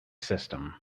system